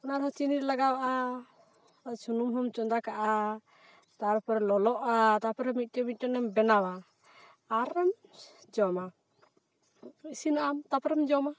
ᱚᱱᱟ ᱫᱚ ᱪᱤᱱᱤᱞᱮ ᱞᱟᱜᱟᱣᱼᱟ ᱥᱩᱱᱩᱢ ᱦᱚᱸᱢ ᱪᱚᱸᱫᱟ ᱠᱟᱜᱼᱟ ᱛᱟᱨᱯᱚᱨᱮ ᱞᱚᱞᱚᱜᱼᱟ ᱛᱟᱨᱯᱚᱨᱮ ᱢᱤᱫᱴᱮᱱ ᱢᱤᱫᱴᱮᱱᱮᱢ ᱵᱮᱱᱟᱣᱟ ᱟᱨᱮᱢ ᱡᱚᱢᱟ ᱤᱥᱤᱱᱟᱢ ᱛᱟᱯᱚᱨᱮᱢ ᱡᱚᱢᱟ